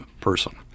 person